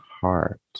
heart